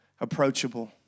approachable